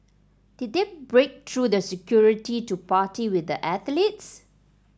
did they break through the security to party with the athletes